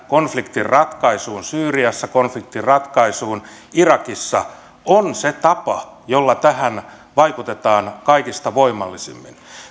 konfliktin ratkaisuun syyriassa konfliktin ratkaisuun irakissa on se tapa jolla tähän vaikutetaan kaikista voimallisimmin